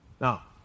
Now